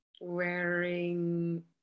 wearing